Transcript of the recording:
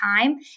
time